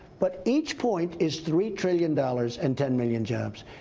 but each point is three trillion dollars and ten million jobs.